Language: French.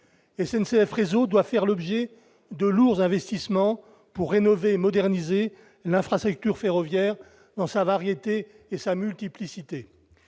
SNCF réseau doit faire l'objet de lourds investissements pour rénover et moderniser l'infrastructure ferroviaire dans sa variété et sa multiplicité,